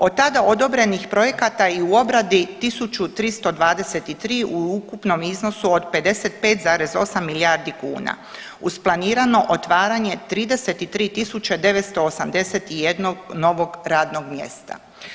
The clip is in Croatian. Od tada odobrenih projekata i u obradi 1.323 u ukupnom iznosu od 55,8 milijardi kuna uz planirano otvaranje 33.981 novog radnog mjesta.